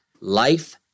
life